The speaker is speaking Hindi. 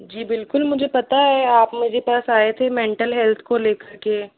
जी बिल्कुल मुझे पता है आप मेरे पास आए थे मेंटल हेल्थ को लेकर के